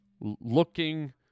looking